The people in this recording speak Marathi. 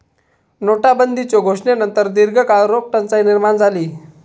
नोटाबंदीच्यो घोषणेनंतर दीर्घकाळ रोख टंचाई निर्माण झाली